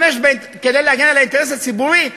כדי להגן על האינטרס הציבורי,